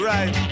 Right